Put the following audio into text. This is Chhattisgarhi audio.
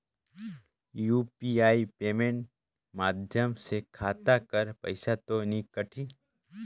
यू.पी.आई पेमेंट माध्यम से खाता कर पइसा तो नी कटही?